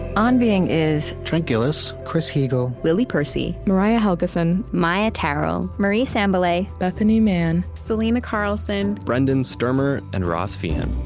on being is trent gilliss, chris heagle, lily percy, mariah helgeson, maia tarrell, marie sambilay, bethanie mann, selena carlson, brendan stermer, and ross feehan